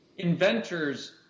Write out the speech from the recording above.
Inventors